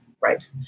Right